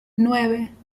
nueve